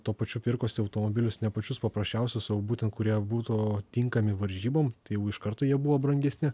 tuo pačiu pirkosi automobilius ne pačius paprasčiausius o jau būtent kurie būtų tinkami varžybom tai jau iš karto jie buvo brangesni